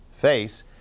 face